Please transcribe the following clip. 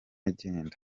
agenda